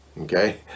okay